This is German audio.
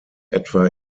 etwa